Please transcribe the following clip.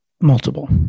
multiple